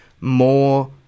more